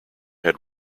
had